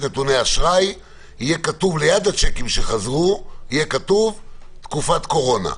נתוני האשראי יהיה כתוב ליד השיקים שחזרו תקופת קורונה.